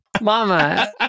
mama